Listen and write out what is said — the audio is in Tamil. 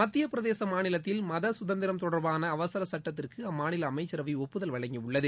மத்தியப் பிரதேச மாநிலத்தில் மத சுதந்திரம் தொடர்பான அவசர சட்டத்திற்கு அம்மாநில அமைச்சரவை ஒப்புதல் வழங்கியுள்ளது